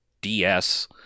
DS